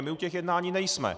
My u těch jednání nejsme.